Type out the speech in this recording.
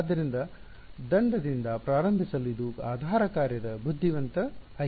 ಆದ್ದರಿಂದ ದಂಡದಿಂದ ಪ್ರಾರಂಭಿಸಲು ಇದು ಆಧಾರ ಕಾರ್ಯದ ಬುದ್ಧಿವಂತ ಆಯ್ಕೆಯಲ್ಲ